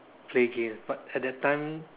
play games but at that time